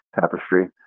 Tapestry